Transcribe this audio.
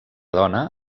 dona